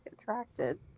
attracted